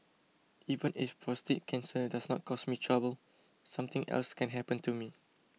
even if prostate cancer does not cause me trouble something else can happen to me